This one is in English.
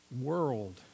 world